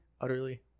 utterly